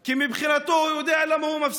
כי מבחינתו, הוא יודע למה הוא מפסיד.